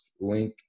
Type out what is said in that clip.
link